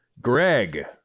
Greg